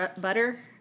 butter